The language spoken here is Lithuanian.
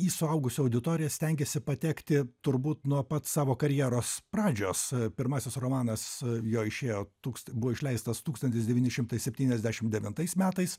į suaugusią auditoriją stengiasi patekti turbūt nuo pat savo karjeros pradžios pirmasis romanas jo išėjo tūks buvo išleistas tūkstantis devyni šimtai septyniasnešimt devintais metais